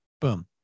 Boom